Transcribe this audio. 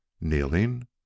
Kneeling